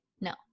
No